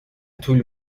طول